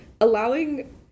allowing